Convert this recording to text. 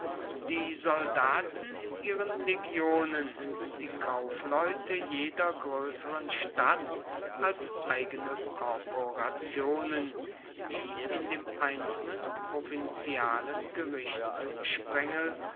die soldaten in ihren legionen die kaufleute jeder größeren stadt als eigene korporationen die in dem einzelnen